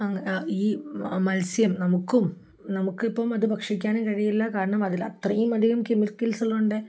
ഈ മത്സ്യം നമുക്കും നമുക്കിപ്പം അത് ഭക്ഷിക്കാനും കഴിയില്ല കാരണം അതിലത്രയും അധികം കെമിക്കൽസുള്ളതുകൊണ്ട്